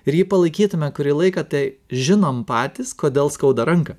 ir jį palaikytume kurį laiką tai žinom patys kodėl skauda ranką